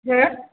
सोर